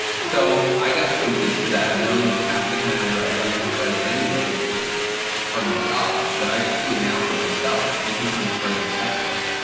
so i got so used to that knowing that half the time i write i'm gonna have to write it anyway cuz it's part of my job, that i just do it now for myself, even if i'm just writing a spec script.